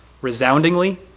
Resoundingly